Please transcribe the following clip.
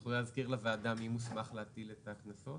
את יכולה להזכיר לוועדה מי מוסמך להטיל את הקנסות?